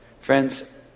Friends